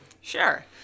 Sure